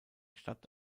stadt